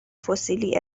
فسیلی